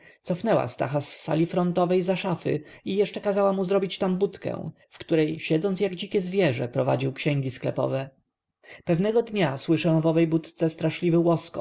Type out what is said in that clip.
stacha z sali frontowej za szafy i jeszcze kazała mu zrobić tam budkę w której siedząc jak dzikie zwierzę prowadził księgi sklepowe pewnego dnia słyszę w owej budce straszny łoskot